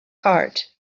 heart